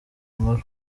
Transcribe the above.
nkuru